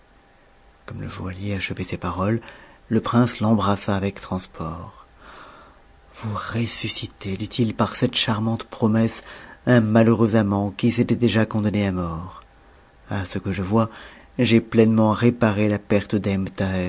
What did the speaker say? comme le joaillier achevait ces paroles le prince l'embrassa avec transport vous ressuscitez dit-il par cette charmante promesse un malheureux amant qui s'était déjà condamné à la mort a ce que je vois j'ai pleinement réparé la perte d'ebn